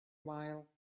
while